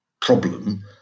problem